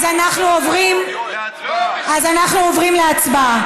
אז אנחנו עוברים, לא, אז אנחנו עוברים להצבעה.